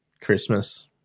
Christmas